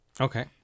Okay